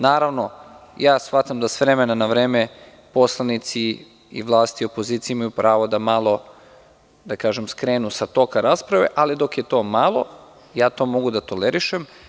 Naravno, shvatam da s vremena na vreme poslanici vlasti i opozicije imaju pravo da malo skrenu sa toka rasprave, ali dok je malo mogu da tolerišem.